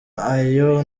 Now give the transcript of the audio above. ayo